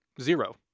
Zero